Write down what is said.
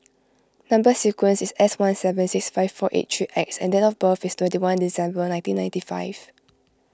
Number Sequence is S one seven six five four eight three X and date of birth is twenty one December nineteen ninety five